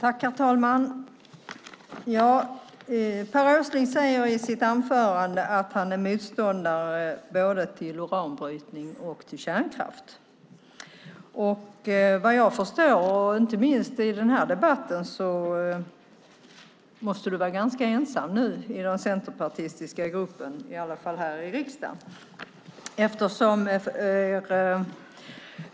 Herr talman! Per Åsling säger i sitt anförande att han är motståndare både till uranbrytning och till kärnkraft. Vad jag förstår, inte minst i den här debatten, måste du nu vara ganska ensam i den centerpartistiska gruppen, i varje fall här i riksdagen.